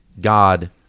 God